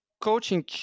coaching